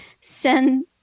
send